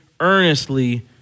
earnestly